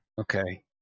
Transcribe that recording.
Okay